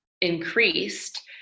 increased